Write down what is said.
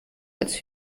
als